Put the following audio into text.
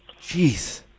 Jeez